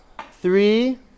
Three